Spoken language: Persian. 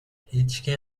هیچکی